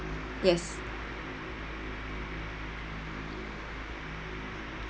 yes